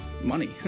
money